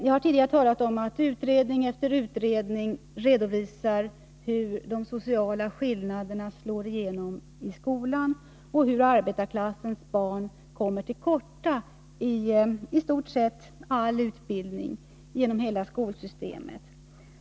Jag har tidigare talat om att utredning efter utredning redovisat hur de sociala skillnaderna slår igenom i skolan och hur arbetarklassens barn kommer till korta inom i stort sett all utbildning genom hela skolsystemet.